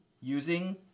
using